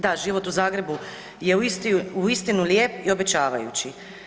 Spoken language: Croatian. Da, život u Zagrebu je uistinu lijep i obećavajući.